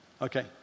Okay